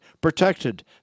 protected